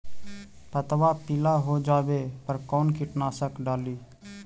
पतबा पिला हो जाबे पर कौन कीटनाशक डाली?